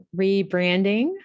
rebranding